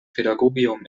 pädagogium